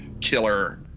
killer